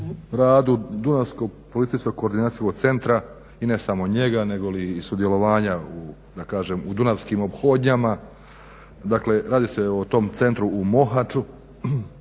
radu Dunavskog policijsko-koordinacijskog centra i ne samo njega negoli i sudjelovanja u da kažem u dunavskim ophodnjama. Dakle, radi se o tom centru u Mohaču,